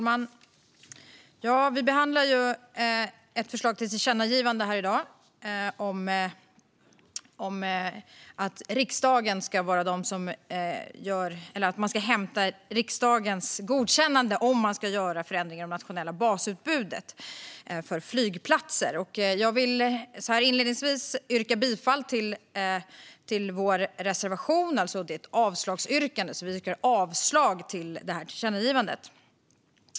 Fru talman! Vi behandlar i dag ett förslag till tillkännagivande om att man ska inhämta riksdagens godkännande om man ska göra förändringar i det nationella basutbudet av flygplatser. Jag vill inledningsvis yrka bifall till vår reservation, som är ett avslagsyrkande. Vi yrkar alltså avslag på förslaget till tillkännagivande.